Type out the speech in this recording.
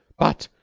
but,